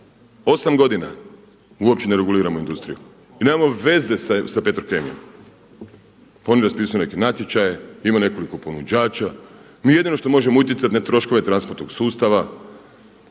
8 godina uopće ne reguliramo industriju i nemamo veze sa Petrokemijom. Pa oni raspisuju neke natječaje, ima nekoliko ponuđača. Mi jedino što možemo utjecati na troškove transportnog sustava